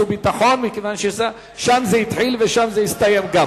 והביטחון כיוון ששם זה התחיל ושם זה גם יסתיים.